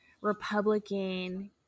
Republican